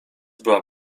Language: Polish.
była